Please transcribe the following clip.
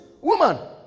woman